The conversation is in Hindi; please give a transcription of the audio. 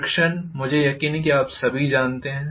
फ्रीक्षण मुझे यकीन है कि आप सभी जानते हैं